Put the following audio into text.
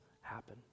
happen